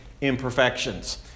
imperfections